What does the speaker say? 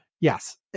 yes